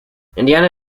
indiana